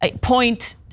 point